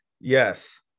Yes